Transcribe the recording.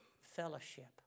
fellowship